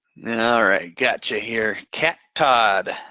all right, got you here, kat todd.